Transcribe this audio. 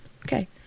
okay